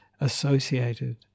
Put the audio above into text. associated